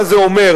מה זה אומר?